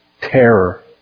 Terror